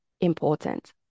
important